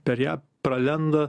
per ją pralenda